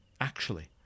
Actually